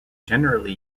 generally